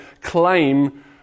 claim